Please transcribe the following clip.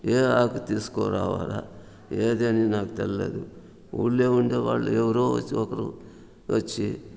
ఏ ఆకు తీసుకురావాలా ఏదని నాకు తెలియలేదు ఊళ్లో ఉండేవాళ్లు ఎవరో వచ్చి ఒకరు వచ్చి